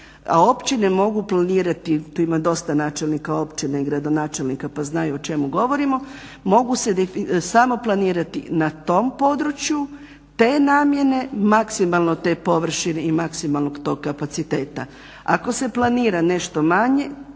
a općine mogu planirati, tu ima dosta načelnika općine i gradonačelnika pa znaju o čemu govorimo, mogu se samo planirati na tom području te namjene, maksimalno te površine i maksimalno tog kapaciteta. Ako se planira nešto manje